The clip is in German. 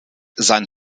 sein